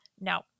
No